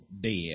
dead